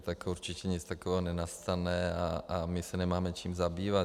Tak určitě nic takového nenastane a my se nemáme čím zabývat.